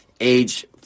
age